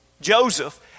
Joseph